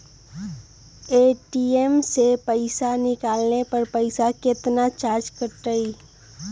ATM से पईसा निकाले पर पईसा केतना चार्ज कटतई?